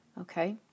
Okay